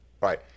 Right